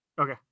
okay